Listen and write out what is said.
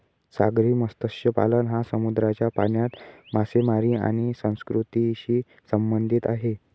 सागरी मत्स्यपालन हा समुद्राच्या पाण्यात मासेमारी आणि संस्कृतीशी संबंधित आहे